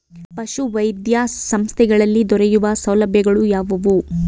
ಪಶುವೈದ್ಯ ಸಂಸ್ಥೆಗಳಲ್ಲಿ ದೊರೆಯುವ ಸೌಲಭ್ಯಗಳು ಯಾವುವು?